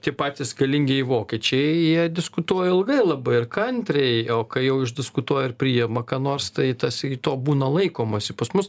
tie patys galingieji vokiečiai jie diskutuoja ilgai labai ir kantriai o kai jau išdiskutuoja ir priima ką nors tai tas to būna laikomasi pas mus